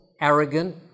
arrogant